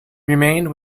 remained